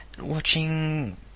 watching